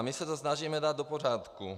My se to snažíme dát do pořádku.